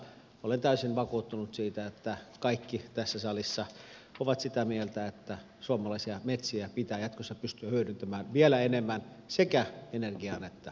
olen täysin vakuuttunut siitä että kaikki tässä salissa ovat sitä mieltä että suomalaisia metsiä pitää jatkossa pystyä hyödyntämään vielä enemmän sekä energiaan että jalostukseen